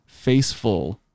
Faceful